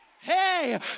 Hey